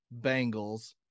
Bengals